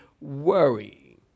worry